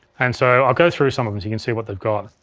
and so, i'll go through some of them so you can see what they've got.